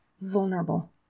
vulnerable